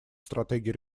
стратегий